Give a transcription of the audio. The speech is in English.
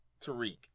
Tariq